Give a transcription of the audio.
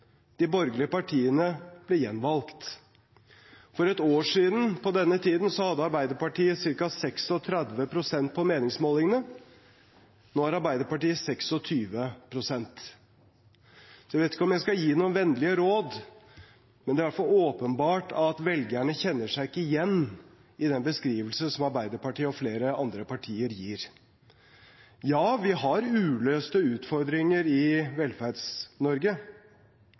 de borgerlige partiene ble gjenvalgt. For et år siden på denne tiden hadde Arbeiderpartiet ca. 36 pst. på meningsmålingene, nå har de 26 pst. Jeg vet ikke om jeg skal gi noen vennlige råd, men det er i hvert fall åpenbart at velgerne ikke kjenner seg igjen i den beskrivelsen som Arbeiderpartiet og flere andre partier gir. Ja, vi har uløste utfordringer i